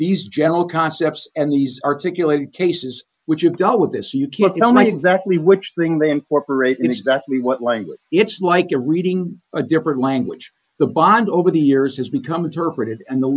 these general concepts and these articulated cases which have dealt with this you can't tell me exactly which thing they incorporate in exactly what language it's like you're reading a different language the bond over the years has become interpreted and the